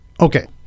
Okay